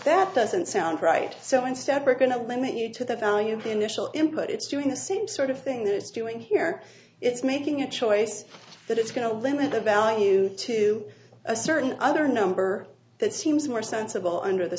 that doesn't sound right so instead we're going to limit you to the value of the initial input it's doing the same sort of thing this doing here it's making a choice that it's going to limit the value to a certain other number that seems more sensible under the